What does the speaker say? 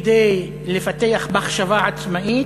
כדי לפתח מחשבה עצמאית.